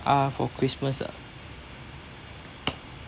ah for christmas uh